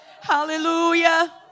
Hallelujah